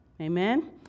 Amen